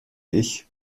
ich